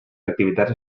activitats